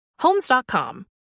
Homes.com